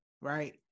right